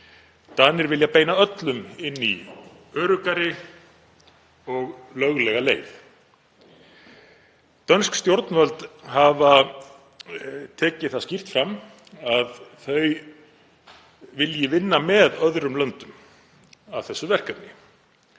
Danir vilja beina öllum inn í öruggari og löglega leið. Dönsk stjórnvöld hafa tekið það skýrt fram að þau vilji vinna með öðrum löndum að þessu verkefni.